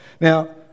now